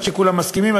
עד שכולם מסכימים,